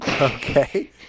Okay